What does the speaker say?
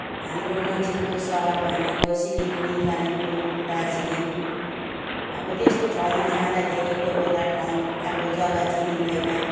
हाम्रो नजिकको सहर भनेको सिलगडी कालेम्पोङ दार्जिलिङ अब त्यस्तो ठाउँमा जाँदाखेरि कोही बेला ठाउँ अब जगा चिनिँदैन